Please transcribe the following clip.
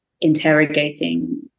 interrogating